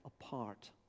apart